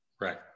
right